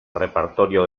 repertorio